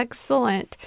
Excellent